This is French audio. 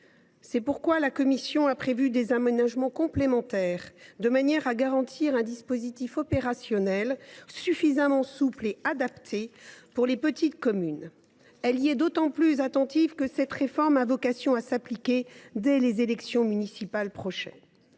C’est pourquoi la commission a prévu des aménagements complémentaires de manière à garantir un dispositif opérationnel, suffisamment souple et adapté aux petites communes. Elle y est d’autant plus attentive que cette réforme a vocation à s’appliquer dès les prochaines élections municipales.